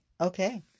Okay